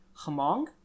Hamong